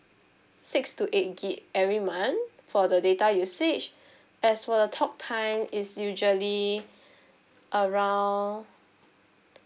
six to eight gig every month for the data usage as for the talk time is usually around